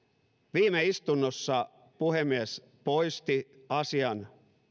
viime istunnossa puhemies poisti asian